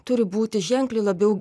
turi būti ženkliai labiau